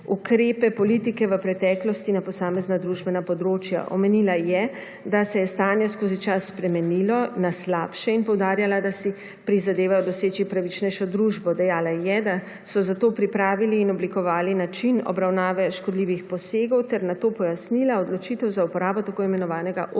ukrepe politike v preteklosti na posamezna družbena področja. Omenila je, da se je stanje skozi čas spremenilo na slabše, in poudarjala, da si prizadevajo doseči pravičnejšo družbo. Dejala je, da so zato pripravili in oblikovali način obravnave škodljivih posegov ter nato pojasnila odločitev za uporabo t.i. omnibus pristopa